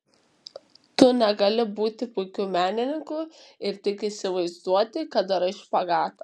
tu negali būti puikiu menininku ir tik įsivaizduoti kad darai špagatą